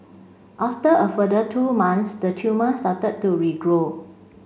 after a further two months the tumour started to regrow